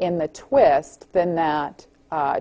in the twist than that